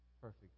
perfect